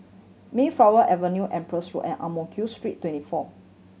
Mayflower Avenue Empress Road and Ang Mo Kio Street Twenty four